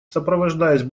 сопровождаясь